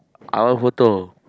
I want photo